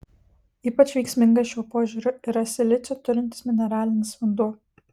ypač veiksmingas šiuo požiūriu yra silicio turintis mineralinis vanduo